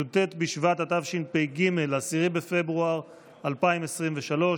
י"ט בשבט התשפ"ג, 10 בפברואר 2023,